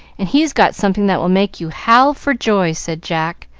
and he's got something that will make you howl for joy, said jack,